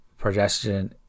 progestin